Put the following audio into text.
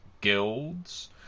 guilds